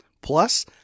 Plus